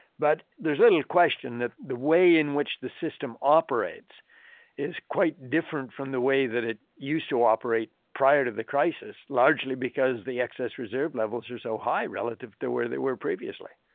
but there's little question that the way in which the system operates is quite different from the way that it used to operate prior to the crisis, largely because the excess reserve levels are so high relative to where they were previously.